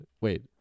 Wait